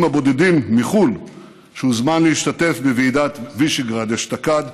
הבודדים מחו"ל שהוזמן להשתתף בוועידת וישגרד אשתקד.